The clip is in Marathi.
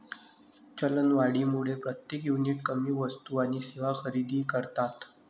चलनवाढीमुळे प्रत्येक युनिट कमी वस्तू आणि सेवा खरेदी करतात